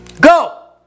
Go